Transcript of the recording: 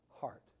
heart